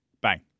Bang